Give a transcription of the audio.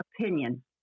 opinion